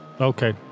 Okay